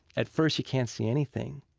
at first you can't see anything.